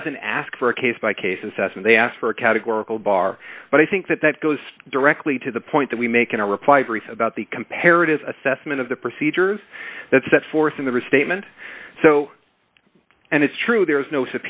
doesn't ask for a case by case assess and they ask for a categorical bar but i think that that goes directly to the point that we make in a reply brief about the comparative assessment of the procedures that set forth in the restatement so and it's true there is no